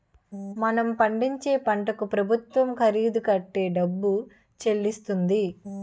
మనం పండించే పంటకు ప్రభుత్వం ఖరీదు కట్టే డబ్బు చెల్లిస్తుంది